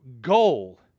goal